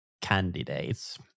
candidates